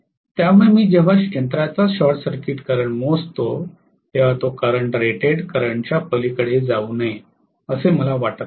त्यामुळे मी जेव्हा यंत्राचा शॉर्ट सर्किट करंट मोजतो तेव्हा तो करंट रेटेड करंटच्या पलीकडे जाऊ नये असे मला वाटत नाही